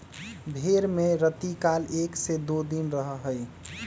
भेंड़ में रतिकाल एक से दो दिन रहा हई